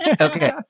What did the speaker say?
okay